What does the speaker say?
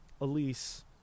elise